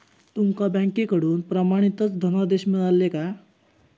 तुमका बँकेकडून प्रमाणितच धनादेश मिळाल्ले काय?